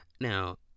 now